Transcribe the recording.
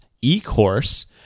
e-course